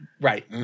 right